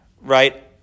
right